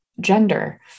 gender